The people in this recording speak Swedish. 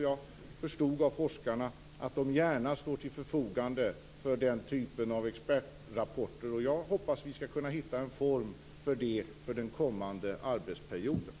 Jag förstod också av forskarna att de gärna står till förfogande för den typen av expertrapporter, och jag hoppas att vi skall kunna hitta en form för det under den kommande arbetsperioden.